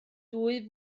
dwy